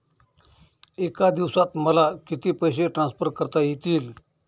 एका दिवसात मला किती पैसे ट्रान्सफर करता येतील?